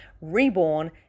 Reborn